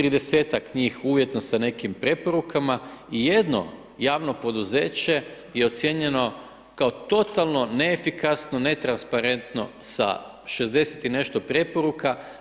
30-tak njih uvjetno sa nekim preporukama i jedno javno poduzeće je ocijenjeno kao totalno neefikasno, netransparentno sa 60 i nešto preporuka.